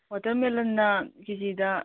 ꯋꯥꯇꯔꯃꯦꯂꯟꯅ ꯀꯦꯖꯤꯗ